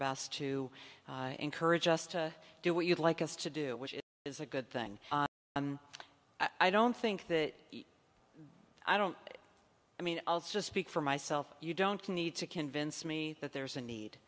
best to encourage us to do what you'd like us to do which is a good thing and i don't think that i don't i mean let's just speak for myself you don't need to convince me that there's a